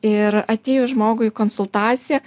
ir atėjus žmogui į konsultaciją